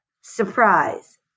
Surprise